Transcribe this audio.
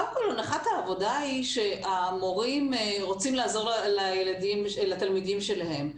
קודם כל הנחת העבודה היא שהמורים רוצים לעזור לתלמידים שלהם,